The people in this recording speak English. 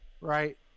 right